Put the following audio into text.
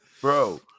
bro